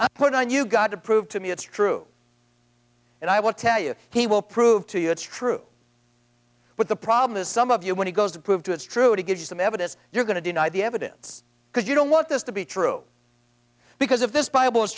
i put on you god to prove to me it's true and i will tell you he will prove to you it's true but the problem is some of you when he goes to prove to it's true to give you some evidence you're going to deny the evidence because you don't want this to be true because if this bible is